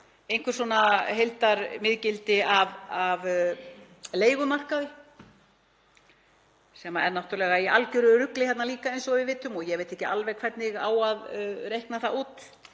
einhver svona heildarmiðgildi af leigumarkaði sem er náttúrlega í algeru rugli hérna líka eins og við vitum og ég veit ekki alveg hvernig á að reikna það út.